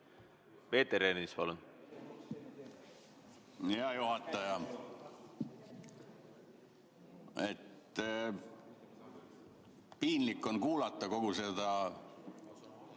Peeter Ernits, palun! Hea juhataja! Piinlik on kuulata kogu seda